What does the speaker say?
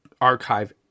archive